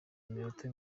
iminota